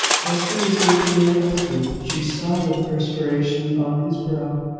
hester was gazing at her husband. she saw the perspiration on his brow.